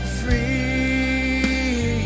free